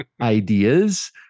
ideas